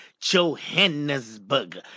Johannesburg